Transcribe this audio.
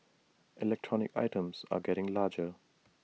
electronic items are getting larger